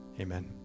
Amen